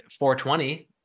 420